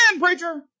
preacher